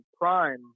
prime